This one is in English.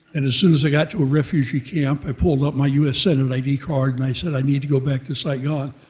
and as soon as i got to a refugee camp, i pulled up my us senate id card, and i said i need to go back to saigon.